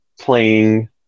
playing